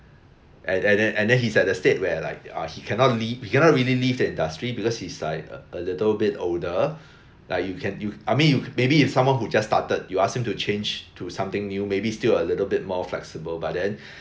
and and and then he's at the state where like uh he cannot le~ he cannot really leave the industry because he's like a a little bit older like you can you I mean you maybe if someone who just started you ask him to change to something new maybe still a little bit more flexible but then